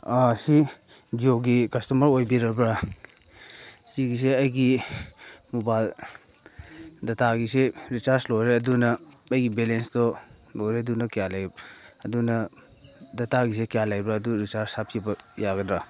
ꯁꯤ ꯖꯤꯑꯣꯒꯤ ꯀꯁꯇꯃꯔꯝ ꯑꯣꯏꯕꯤꯔꯕ꯭ꯔ ꯁꯤꯒꯤꯁꯦ ꯑꯩꯒꯤ ꯃꯣꯕꯥꯏꯜ ꯗꯥꯇꯥꯒꯤꯁꯦ ꯔꯤꯆꯥꯔꯖ ꯑꯗꯨꯅ ꯑꯩꯒꯤ ꯕꯦꯂꯦꯟꯁ ꯇꯣ ꯂꯣꯏꯔꯦ ꯑꯗꯨꯅ ꯀꯌꯥ ꯑꯗꯨꯅ ꯗꯥꯇꯥꯒꯤꯁꯦ ꯀꯌꯥ ꯂꯩꯕ꯭ꯔꯥ ꯑꯗꯨ ꯔꯤꯆꯥꯔꯖ ꯍꯥꯞꯈꯤꯕ ꯌꯥꯒꯗ꯭ꯔ